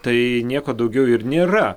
tai nieko daugiau ir nėra